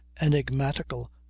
enigmatical